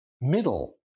middle